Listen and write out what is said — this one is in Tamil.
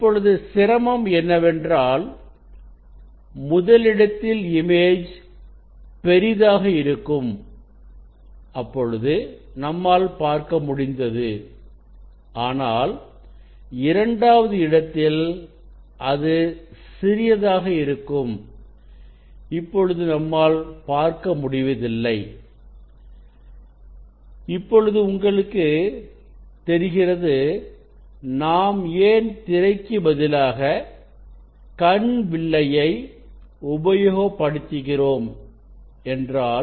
இப்பொழுது சிரமம் என்னவென்றால் முதலிடத்தில் இமேஜ்பெரிதாக இருக்கும் பொழுது நம்மால் பார்க்க முடிந்தது ஆனால் இரண்டாவது இடத்தில் அது சிறியதாக இருக்கும் பொழுது நம்மால் பார்க்க முடிவதில்லை இப்பொழுது உங்களுக்கு தெரிகிறது நாம் ஏன் திரைக்கு பதிலாக கண் வில்லையை உபயோகப்படுத்துகிறோம் என்றால்